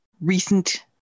recent